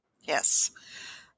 Yes